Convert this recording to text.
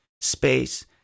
space